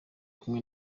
kumwe